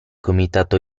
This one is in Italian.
comitato